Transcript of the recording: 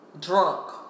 drunk